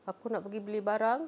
aku nak pergi beli barang